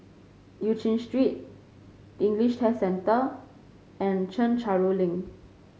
Eu Chin Street English Test Centre and Chencharu Link